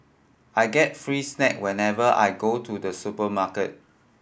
I get free snack whenever I go to the supermarket